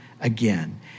again